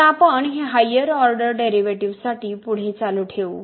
आता आपण हे हायरऑर्डर डेरिव्हेटिव्हजसाठी पुढे चालू ठेवू